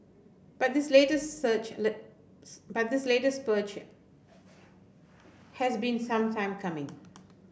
but this latest search a but this latest has been some time coming